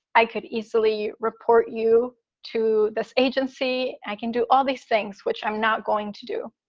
i could easily report you to this agency. i can do all these things, which i'm not going to do,